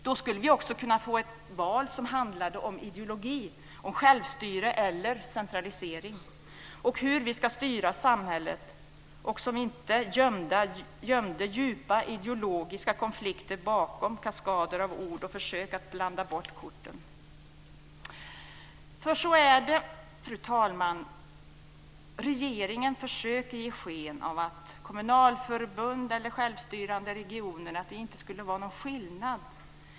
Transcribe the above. Då skulle vi också kunna få ett val som handlade om ideologi - om självstyre eller centralisering - och om hur vi ska styra samhället, där man inte gömde djupa ideologiska konflikter bakom kaskader av ord och försök att blanda bort korten. För så är det, fru talman. Regeringen försöker ge sken av att det inte skulle vara någon skillnad mellan kommunalförbund och självstyrande regioner.